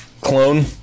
clone